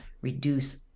reduce